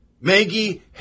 Maggie